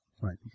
Right